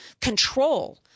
control